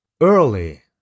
Early